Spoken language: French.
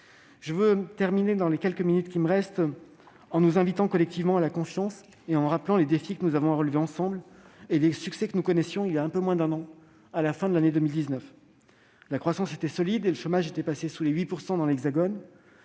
des crédits dans le PLF. Je veux terminer, en nous invitant collectivement à la confiance et en rappelant à la fois les défis que nous avons à relever ensemble et les succès que nous connaissions voilà un peu moins d'un an, à la fin de l'année 2019. La croissance était solide. Le chômage était passé sous les 8 % dans l'Hexagone.